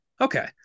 Okay